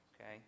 okay